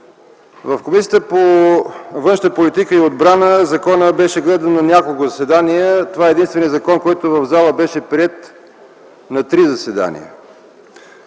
В Комисията по външна политика и отбрана законът беше гледан на няколко заседания. Това е единственият закон, който беше приет в залата на три заседания.